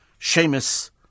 Seamus